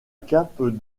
cape